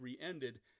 ended